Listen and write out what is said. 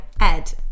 Ed